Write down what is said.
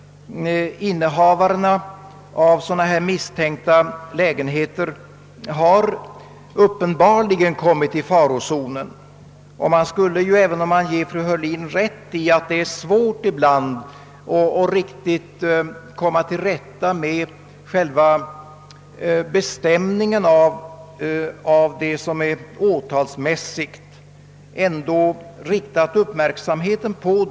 Innehavarna av misstänkta lägenheter har uppenbarligen kommit i farozonen, och man har ju — även om man måste ge fru Heurlin rätt i att det är svårt ibland att komma till rätta med själva bestämningen av vad som är åtalbart — ändå riktat uppmärksamheten därpå.